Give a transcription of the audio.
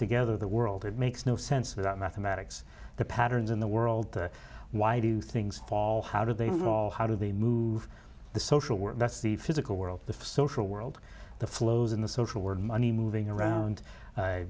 together the world it makes no sense without mathematics the patterns in the world why do things fall how do they fall how do they move the social work that's the physical world the social world the flows in the social world money moving around